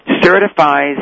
certifies